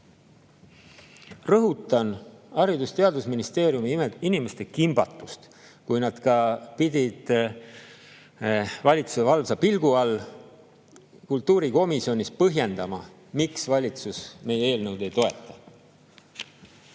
rõhutan Haridus‑ ja Teadusministeeriumi inimeste kimbatust, kui nad pidid valitsuse valvsa pilgu all kultuurikomisjonis põhjendama, miks valitsus meie eelnõu ei toeta,